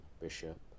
Bishop